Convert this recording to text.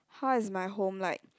how is my home like